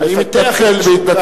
אני מפתח איזה קו,